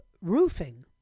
roofing